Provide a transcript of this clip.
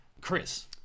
Chris